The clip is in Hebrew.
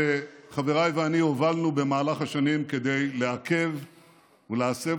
שחבריי ואני הובלנו במהלך השנים כדי לעכב ולהסב